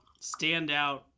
standout